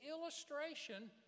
illustration